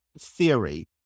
theory